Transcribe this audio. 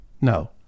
No